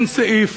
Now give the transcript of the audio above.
אין סעיף,